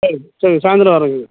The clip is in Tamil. சரிங்க சரிங்க சாய்ந்திரம் வரேங்க